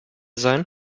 sein